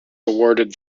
awarded